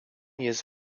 jest